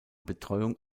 betreuung